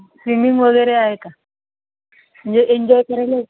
swimming वगैरे आहे का म्हणजे एन्जॉय करायला